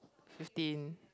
fifteen